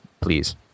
please